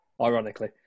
Ironically